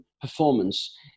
performance